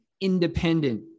independent